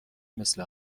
مثل